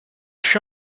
fut